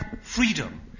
freedom